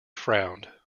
frowned